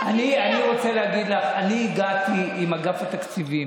אני כבר הגעתי עם אגף התקציבים,